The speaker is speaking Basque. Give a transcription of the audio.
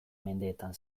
mendeetan